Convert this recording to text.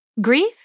Grief